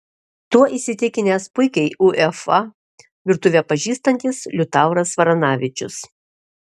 tuo įsitikinęs puikiai uefa virtuvę pažįstantis liutauras varanavičius